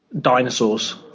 Dinosaurs